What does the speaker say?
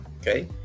Okay